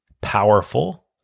powerful